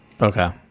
Okay